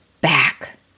back